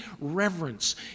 reverence